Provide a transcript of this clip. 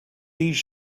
these